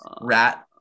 rat